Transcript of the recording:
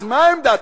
אז מה עמדת